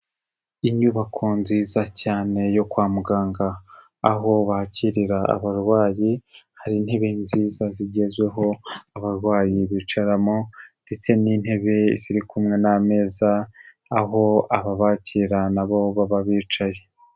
Inyubako nziza cyane yo kwa muganga, aho bakirira abarwayi, hari intebe nziza zigezweho abarwayi bicaramo ndetse n'intebe ziri kumwe n'ameza, aho ababakira na bo baba bicaye.